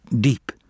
deep